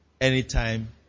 anytime